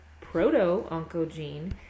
proto-oncogene